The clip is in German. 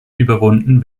überwunden